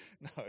No